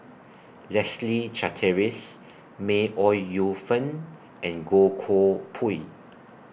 Leslie Charteris May Ooi Yu Fen and Goh Koh Pui